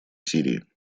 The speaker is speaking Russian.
сирии